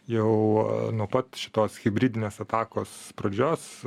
jau nuo pat šitos hibridinės atakos pradžios